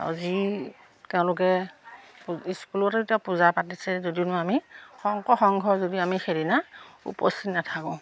আৰু যি তেওঁলোকে স্কুলতে এতিয়া পূজা পাতিছে যদিনো আমি শংকৰ সংঘৰ যদি আমি সেইদিনা উপস্থিত নাথাকোঁ